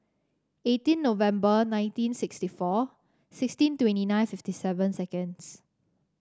eighteen November nineteen sixty four sixteen twenty nine fifty seven seconds